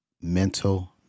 mental